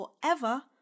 forever